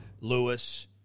Lewis